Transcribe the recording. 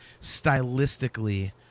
stylistically